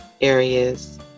areas